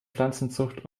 pflanzenzucht